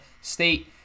State